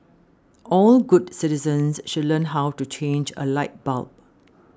all good citizens should learn how to change a light bulb